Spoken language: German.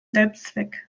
selbstzweck